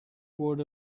board